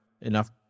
enough